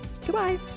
goodbye